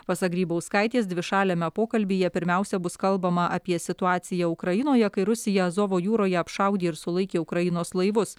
pasak grybauskaitės dvišaliame pokalbyje pirmiausia bus kalbama apie situaciją ukrainoje kai rusija azovo jūroje apšaudė ir sulaikė ukrainos laivus